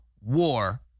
war